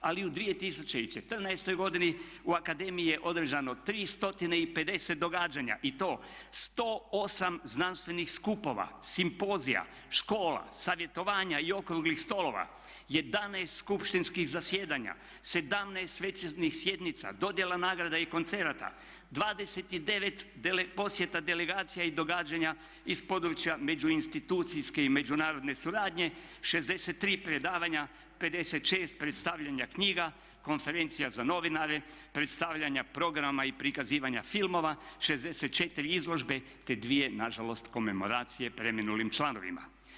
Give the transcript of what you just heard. Ali u 2014. godini u akademiji je održano 350 događanja i to 108 znanstvenih skupova, simpozija, škola, savjetovanja i okruglih stolova, 11 skupštinskih zasjedanja, 17 svečanih sjednica, dodjela nagrada i koncerata, 29 posjeta delegacija i događanja iz područja među institucijske i međunarodne suradnje, 63 predavanja, 56 predstavljanja knjiga, konferencija za novinare, predstavljanja programa i prikazivanja filmova, 64 izložbe, te dvije na žalost komemoracije preminulim članovima.